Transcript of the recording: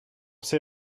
ces